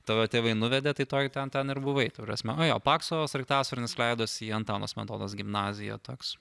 tave tėvai nuvedė tai toj ten ten ir buvai ta prasme nu jo pakso sraigtasparnis leidosi į antano smetonos gimnaziją toks